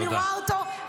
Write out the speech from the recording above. אני רואה אותו -- תודה.